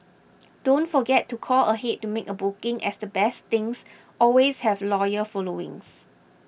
don't forget to call ahead to make a booking as the best things always have loyal followings